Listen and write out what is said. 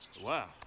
Wow